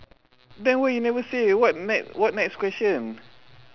then why you never say what next what next question